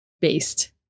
based